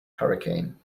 hurricane